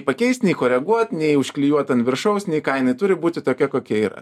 pakeist nei koreguot nei užklijuot ant viršaus nei ką jinai turi būti tokia kokia yra